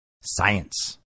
science